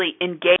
engage